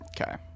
Okay